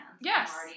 Yes